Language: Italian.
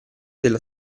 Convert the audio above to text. delle